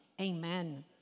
Amen